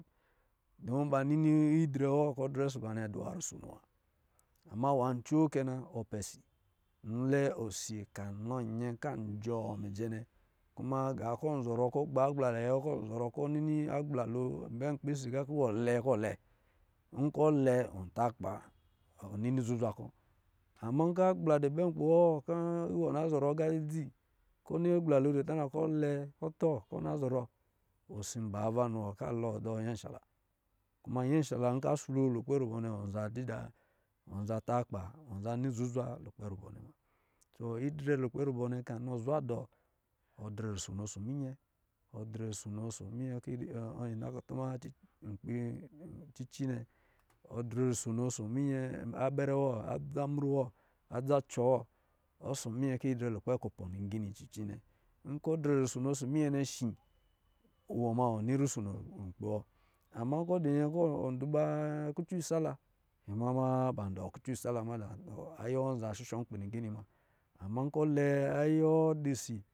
Dumu ba nini idrɛ wɔ kɔ̄ adrɛ ɔsɔ̄ ba nnɛ adɔ̄ nwa rusono wa ama coo kɛ na ɔ pɛ ‘isi. Lɛ oji kɔ̄ anɔ nyɛ kɔ̄ a jɔɔ mijɛ nnɛ kuma gā kɔ̄ ɔ zɔrɔ kɔ̄ gba agbla na yɛ kɔ̄ zɔrɔ kɔ̄ nini lo gbɛ nkpi si kɔ̄ iwɔ lɛ kɔ̄ lɛ nkɔ̄ lɛ ɔ ta akpa wa wɔ nini zuzwa kɔ. Ama agbla dɔ̄ bɛ nkpɛ wɔ kɔ̄ iwɔ na zɔrɔ aga dzidzi kɔ̄ nini akpla lo tana kɔ̄ lɛ kɔ̄ tɔ kɔ̄ g na zɔrɔ osi bava niwɔ ka lo dɔ nyɛ shala wa kuma nyɛsha la nkɔ̄ a sulu lukpɛ rubɔ nnɛ wɔ da-dida wa, wɔ zan ta akpa, wɔ za ni zuzwa lukpɛ rubɔ nnɛ muna, ididrɛ lukpɛ rubɔ̄ nnɛ kɔ̄ a nɔ zuzwa dɔ ɔ drɛ ruson ɔsɔ̄ minyɛ, ɔ drɛ kɔ̄ yi dɔ nakutuma cici nnɛ ɔ drɛ rusono ɔsɔ̄ minyɛ abɛrɛ wɔ adzamru wɔ adza cɔ̄ wɔ ɔsɔ̄ munɔ kɔ̄ yi drɛ lukpɛ kupɔ ligini nnɛ nkɔ̄ drɛ rusono ɔsɔ̄ minɔɛ nnɛ shi wɔ ma wɔ ni rusono nkpi wɔ ama nkɔ̄ ɔ dɔ̄ nyɛ kɔ̄ dɔ̄ ba kucɔ isala iba ma ba dɔ̄ kucɔ isala mada ayɛ wɔ zan shishɔ nkpi ligili muna. Ama nkɔ̄ lɛ ayɛ dɔ̄ si